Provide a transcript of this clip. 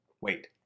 Wait